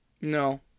No